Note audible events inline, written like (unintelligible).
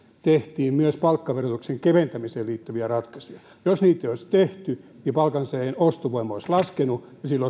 tehtiin myös palkkaverotuksen keventämiseen liittyviä ratkaisuja jos niitä ei olisi tehty palkansaajien ostovoima olisi laskenut ja sillä (unintelligible)